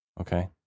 Okay